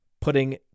putting